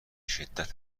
شدت